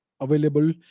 available